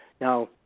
Now